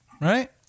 right